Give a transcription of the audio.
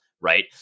Right